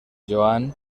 joan